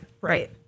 Right